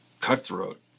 cutthroat